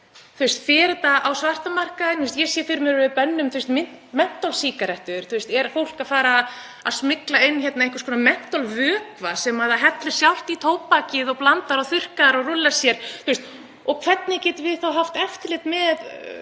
Fer þetta á svarta markaðinn? Ef við bönnum t.d. mentólsígarettur, er fólk þá að fara að smygla inn einhvers konar mentólvökva sem það hellir sjálft í tóbakið og blandar og þurrkar og rúllar sér? Hvernig getum við þá haft eftirlit með